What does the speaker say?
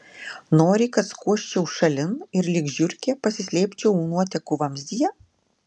nori kad skuosčiau šalin ir lyg žiurkė pasislėpčiau nuotekų vamzdyje